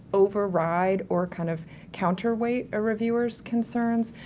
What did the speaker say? override or kind of counter-weight a reviewer's concerns.